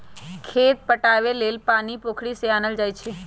खेत पटाबे लेल पानी पोखरि से आनल जाई छै